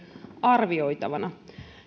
arvioitavana